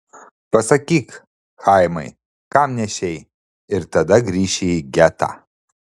pasakyk chaimai kam nešei ir tada grįši į getą